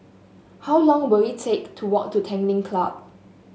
how long will it take to walk to Tanglin Club